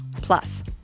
Plus